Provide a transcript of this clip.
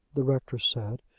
the rector said.